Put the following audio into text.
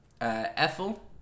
Ethel